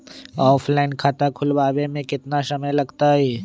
Offline खाता खुलबाबे में केतना समय लगतई?